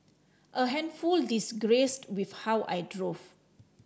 a handful disagreed with how I drove